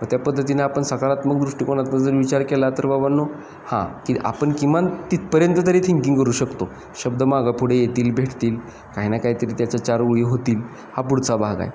तर त्या पद्धतीने आपण सकारात्मक दृष्टिकोनातनं जर विचार केला तर बाबांनो हां की आपण किमान तिथपर्यंत तरी थिंकिंग करू शकतो शब्द माग पुढे येतील भेटतील काही ना काहीतरी त्याचा चार ओळी होतील हा पुढचा भाग आहे